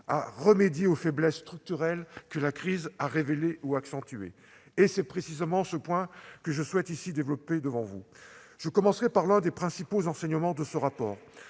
à remédier aux faiblesses structurelles que la crise a révélées ou accentuées ». C'est précisément ce point que je souhaite développer devant vous. Je commencerai par l'un des principaux enseignements de ce rapport.